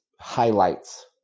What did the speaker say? highlights